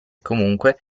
comunque